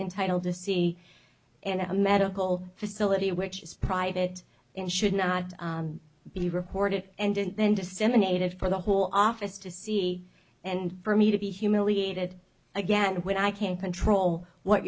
entitled to see in a medical facility which is private and should not be reported and then disseminated for the whole office to see and for me to be humiliated again when i can't control what